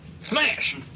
Smash